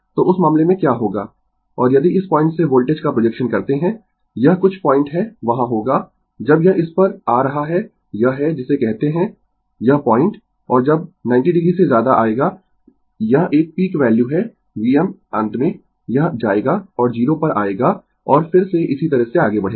तो उस मामले में क्या होगा और यदि इस पॉइंट से वोल्टेज का प्रोजेक्शन करते है यह कुछ पॉइंट है वहां होगा जब यह इस एक पर आ रहा है यह है जिसे कहते है यह पॉइंट और जब 90 o से ज्यादा आएगा यह एक पीक वैल्यू है Vm अंत में यह जाएगा और 0 पर आएगा और फिर से इसी तरह से आगें बढ़ेगा